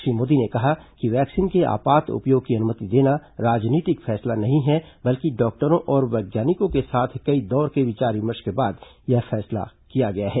श्री मोदी ने कहा कि वैक्सीन के आपात उपयोग की अनुमति देना राजनीतिक फैसला नहीं है बल्कि डॉक्टरों और वैज्ञानिकों के साथ कई दौर के विचार विमर्श के बाद यह फैसला किया गया है